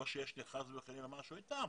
לא שיש לי חס וחלילה משהו נגד זה,